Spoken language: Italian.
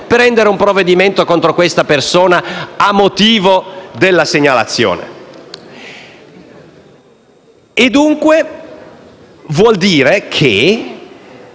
prendere un provvedimento contro questa persona a motivo della segnalazione? Dunque, ciò vuol dire che,